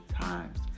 times